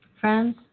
Friends